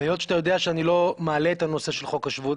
והיות שאתה יודע שאני לא מעלה את הנושא של חוק השבות.